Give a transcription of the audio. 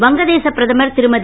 வங்க தேச பிரதமர் திருமதி